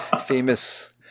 famous